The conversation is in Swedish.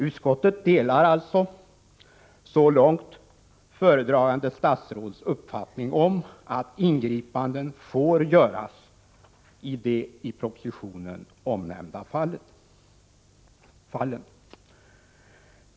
Utskottet delar alltså så långt föredragande statsrådets uppfattning att ingripanden får göras i de i propositionen omnämnda fallen.